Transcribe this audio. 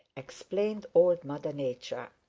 explained old mother nature.